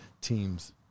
team's